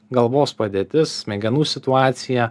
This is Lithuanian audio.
galvos padėtis smegenų situacija